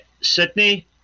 Sydney